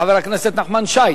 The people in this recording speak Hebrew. חבר הכנסת נחמן שי,